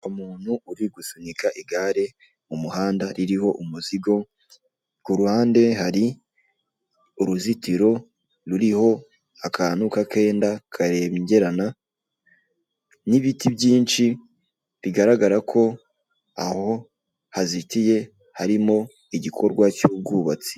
Umuntu uri gusunika igare mu muhanda ruriho umuzigo, ku ruhande hari uruzitiro ruriho akantu k'akenda kabengerana, n'ibiti byinshi bigaragara ko aho hazitiye harimo igikorwa cy'ubwubatsi.